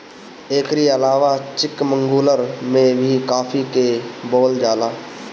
एकरी अलावा चिकमंगलूर में भी काफी के बोअल जाला